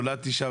נולדתי שם,